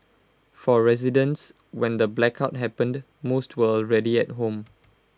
for residents when the blackout happened most were already at home